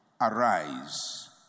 arise